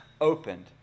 opened